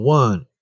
one